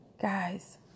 Guys